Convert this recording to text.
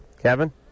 Kevin